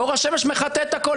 אור השמש מחטא את הכול.